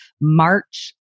March